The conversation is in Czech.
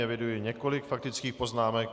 Eviduji několik faktických poznámek.